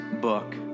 book